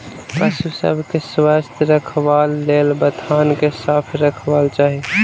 पशु सभ के स्वस्थ रखबाक लेल बथान के साफ रखबाक चाही